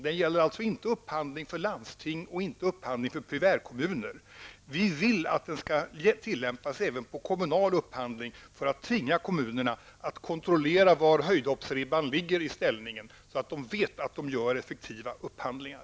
Den gäller alltså inte upphandling för landsting och inte upphandling för primärkommun. Vi vill att den skall tillämpas även på kommunal upphandling för att tvinga kommunerna att kontrollera var höjdhoppsribban ligger i ställningen, så att de vet att de gör effektiva upphandlingar.